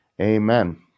Amen